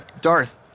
Darth